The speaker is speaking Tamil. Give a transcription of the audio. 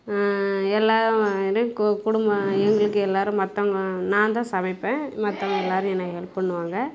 எல்லா குடும்பம் எங்களுக்கு எல்லோரும் மத்தவங்க நான் தான் சமைப்பேன் மத்தவங்க எல்லோரும் எனக்கு ஹெல்ப் பண்ணுவாங்க